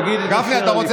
תגיד את אשר על ליבך.